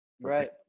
right